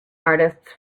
artists